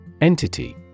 Entity